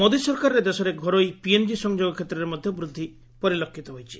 ମୋଦି ସରକାରରେ ଦେଶରେ ଘରୋଇ ପିଏନଜି ସଂଯୋଗ ଷେତ୍ରରେ ମଧ୍ୟ ବୃଦ୍ଧି ପରିଲକ୍ଷିତ ହୋଇଛି